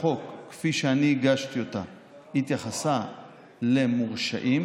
כפי שאני הגשתי אותה התייחסה למורשעים.